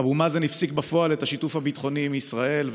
אבו מאזן הפסיק בפועל את השיתוף הביטחוני עם ישראל,